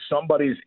somebody's